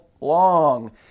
long